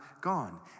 gone